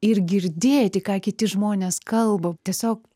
ir girdėti ką kiti žmonės kalba tiesiog